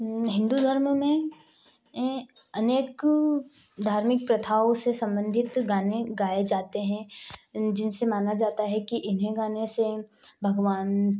हिन्दू धर्म में एँ अनेक धार्मिक प्रथाओं से सम्बंधित गाने गाए जाते हैं जिनसे माना जाता है कि इन्हें गाने से भगवान